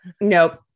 nope